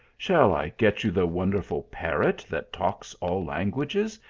shall i get you the wonderful parrot that talks all languages,